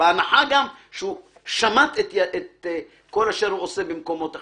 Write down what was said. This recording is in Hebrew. גם בהנחה שהוא שמט את כל אשר הוא עושה במקומות אחרים.